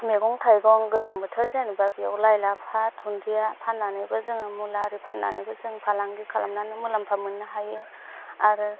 मेगं थाइगं गोजां बोथोर जेन'बा बेयाव लाइ लाफा दुन्दिया फाननानैबो जोङो मुला आरि फाननानैबो जों फालांगि खालामनानै मुलाम्फा मोननो हायो आरो